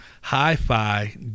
hi-fi